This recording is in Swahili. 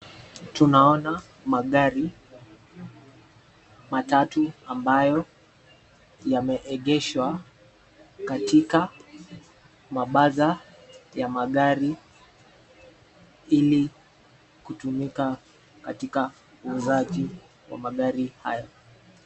Tunaona magari matatu ambayo yameegeshwa katika mabazaar ya magari ili kutumika katika uuzaji wa magari hayo.